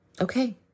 Okay